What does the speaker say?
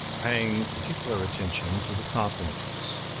paying particular attention to the consonants.